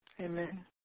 Amen